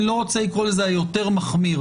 אני לא רוצה לקרוא לזה "היותר מחמיר",